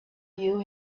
you